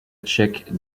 tchèque